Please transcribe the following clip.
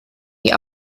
die